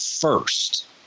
first